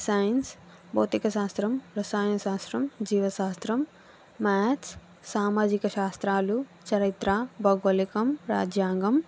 science భౌతిక శాస్త్రం రసాయన శాస్త్రం జీవ శాస్త్రం మ్యాథ్స్ సామాజిక శాస్త్రాలు చరిత్ర భౌగోళికం రాజ్యాంగం